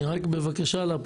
אני רוצה לציין לפרוטוקול.